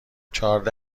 چهارده